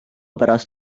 pärast